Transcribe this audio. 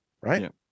right